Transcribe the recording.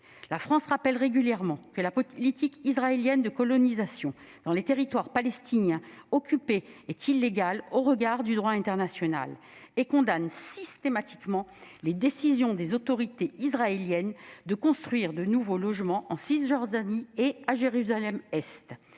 La France rappelle régulièrement que la politique israélienne de colonisation dans les territoires palestiniens occupés est illégale au regard du droit international et condamne systématiquement les décisions des autorités israéliennes de construire de nouveaux logements en Cisjordanie et à Jérusalem-Est.